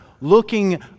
looking